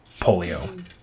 polio